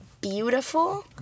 beautiful